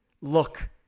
look